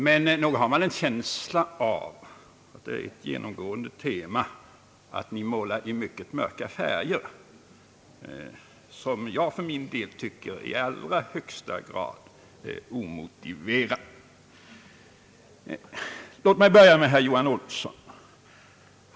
Men nog har man en känsla av att det är ett genomgående tema att det målas i mycket mörka färger, något jag tycker är i allra högsta grad omotiverat. Låt mig börja med herr Johan Olsson.